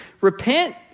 repent